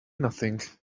nothing